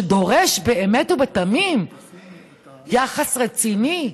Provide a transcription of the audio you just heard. שדורש באמת ובתמים יחס רציני,